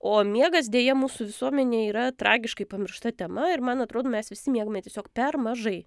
o miegas deja mūsų visuomenėj yra tragiškai pamiršta tema ir man atrodo mes visi miegame tiesiog per mažai